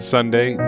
Sunday